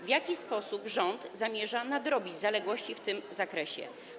W jaki sposób rząd zamierza nadrobić zaległości w tym zakresie?